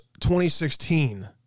2016